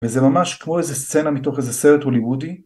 וזה ממש כמו איזה סצנה מתוך איזה סרט הוליוודי